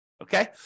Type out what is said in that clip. Okay